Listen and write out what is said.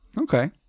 Okay